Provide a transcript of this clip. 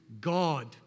God